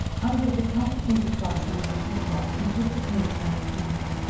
undid the complicated fastenings of her frock, and took the pins out of her hair.